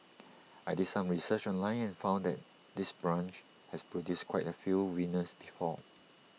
I did some research online and found that this branch has produced quite A few winners before